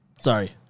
sorry